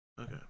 Okay